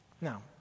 Now